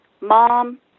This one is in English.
Mom